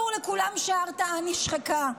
ברור לכולם שההרתעה נשחקה.